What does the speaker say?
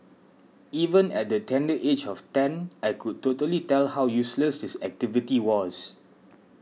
even at the tender age of ten I could totally tell how useless this activity was